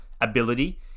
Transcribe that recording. ability